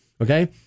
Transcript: Okay